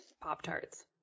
Pop-tarts